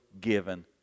given